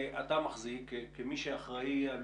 כמי שאחראי על